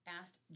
asked